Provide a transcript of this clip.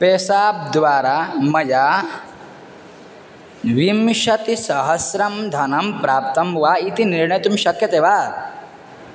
पेसाप् द्वारा मया विंशतिसहस्रं धनं प्राप्तं वा इति निर्णेतुं शक्यते वा